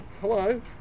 hello